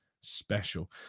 special